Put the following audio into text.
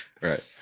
Right